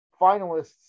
finalists